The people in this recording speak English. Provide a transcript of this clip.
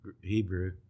Hebrew